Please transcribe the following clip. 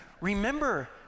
remember